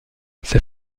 ses